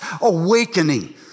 awakening